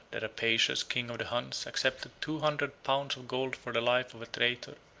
the rapacious king of the huns accepted two hundred pounds of gold for the life of a traitor,